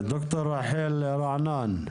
ד"ר רחל רענן,